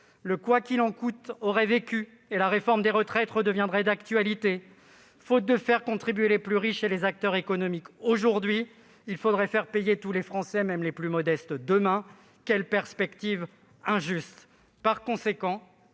« quoi qu'il en coûte » aurait vécu, et la réforme des retraites redeviendrait d'actualité. Faute de faire contribuer les plus riches et les acteurs économiques, aujourd'hui, il faudrait faire payer tous les Français, même les plus modestes, demain. Quelle perspective injuste !